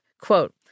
Quote